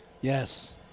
Yes